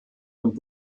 und